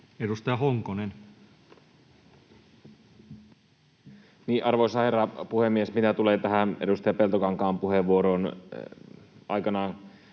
Edustaja Honkonen. Arvoisa herra puhemies! Mitä tulee tähän edustaja Peltokankaan puheenvuoroon: Aikanaan,